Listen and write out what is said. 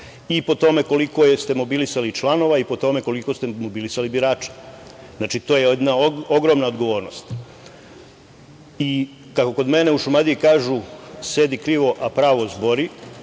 i po tome koliko jeste mobilisali članova i po tome koliko ste mobilisali birača. Znači, to je jedna ogromna odgovornost.I kako kod mene u Šumadiji kažu – sedi krivo, a pravo zbori,